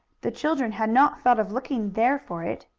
the children had not thought of looking there for it.